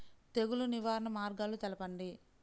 తెగులు నివారణ మార్గాలు తెలపండి?